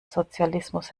sozialismus